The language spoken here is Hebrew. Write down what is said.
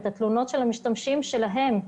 את התלונות של המשתמשים שלהם.